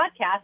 podcast